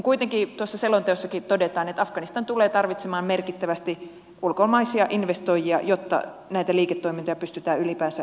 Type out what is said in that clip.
kuitenkin tuossa selonteossakin todetaan että afganistan tulee tarvitsemaan merkittävästi ulkomaisia investoijia jotta näitä liiketoimintoja pystytään ylipäänsä käynnistämään